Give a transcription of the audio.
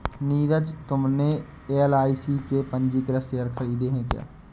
नीरज तुमने एल.आई.सी के पंजीकृत शेयर खरीदे हैं क्या?